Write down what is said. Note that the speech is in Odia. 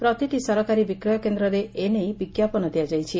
ପ୍ରତିଟି ସରକାରୀ ବିକ୍ରୟ କେନ୍ଦ୍ରରେ ଏ ନେଇ ବିଙ୍କାପନ ଦିଆଯାଇଛି